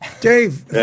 Dave